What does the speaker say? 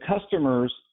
customers